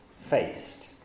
faced